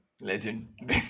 legend